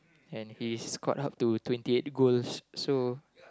and he's scored up to twenty eight goals so